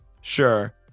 Sure